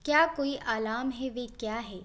क्या कोई अलाम है वह क्या है